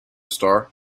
star